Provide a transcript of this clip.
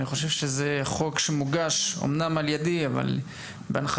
אני חושב שזה חוק שמוגש אמנם על ידי אבל בהנחייתו